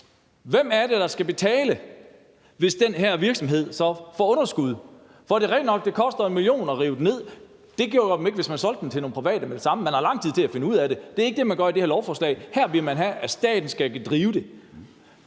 hvem det er, der skal betale, hvis den her virksomhed så får underskud. For det er rigtigt nok, at det koster 1 mia. kr. at rive den ned. Det gjorde det ikke, hvis man solgte den til nogle private med det samme; man har lang tid til at finde ud af det. Men det er ikke det, man gør med det her lovforslag. Her vil man have, at staten skal drive det.